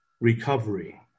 recovery